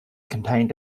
contained